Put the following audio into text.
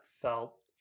felt